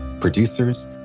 producers